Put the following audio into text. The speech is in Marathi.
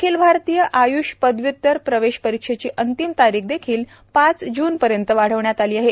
अखिल भारतीय आय्ष पदव्य्त्तर प्रवेश परीक्षेची अंतिम तारीखदेखील पाच जूनपर्यंत वाढवण्यात आली आहे